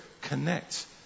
connect